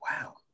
wow